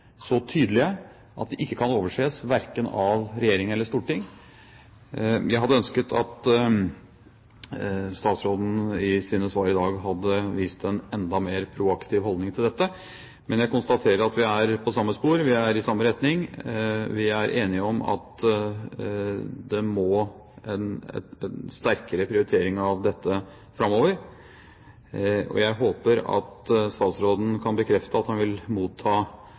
så tydelige, at de ikke kan overses, verken av regjering eller storting. Jeg hadde ønsket at statsråden i sine svar i dag hadde vist en enda mer proaktiv holdning til dette, men jeg konstaterer at vi er på samme spor. Vi går i samme retning. Vi er enige om at vi må ha en sterkere prioritering av dette framover, og jeg håper at statsråden kan bekrefte at han vil motta